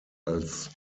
als